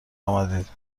آمدید